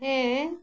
ᱦᱮᱸ